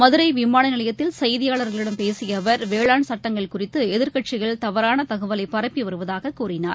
மதுரைவிமானநிலையத்தில் செய்தியாளர்களிடம் பேசியஅவர் வேளாண் சட்டங்கள் குறித்துஎதிர்கட்சிகள் தவறானதகவலைபரப்பிவருவதாககூறினார்